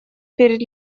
перед